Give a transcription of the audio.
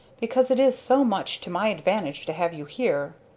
because it is so much to my advantage to have you here.